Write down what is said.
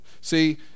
see